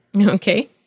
Okay